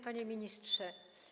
Panie Ministrze!